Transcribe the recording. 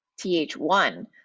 TH1